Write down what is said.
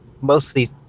mostly